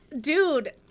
dude